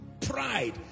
pride